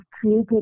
created